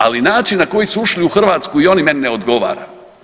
Ali, način na koji su ušli u Hrvatsku i oni, meni ne odgovara.